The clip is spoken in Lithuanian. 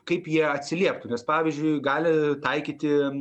kaip jie atsilieptų nes pavyzdžiui gali taikyti